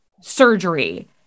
surgery